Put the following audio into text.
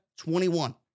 21